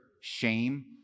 shame